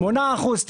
שמונה אחוזים,